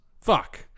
Fuck